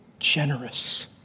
generous